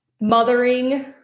mothering